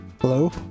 Hello